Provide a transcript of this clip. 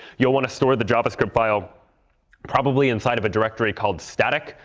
you'll want to store the javascript file probably inside of a directory called static.